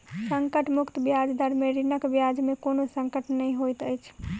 संकट मुक्त ब्याज दर में ऋणक ब्याज में कोनो संकट नै होइत अछि